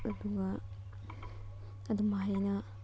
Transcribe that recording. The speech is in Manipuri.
ꯑꯗꯨꯒ ꯑꯗꯨꯝ ꯍꯥꯏꯅ